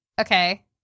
Okay